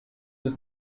was